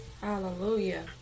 Hallelujah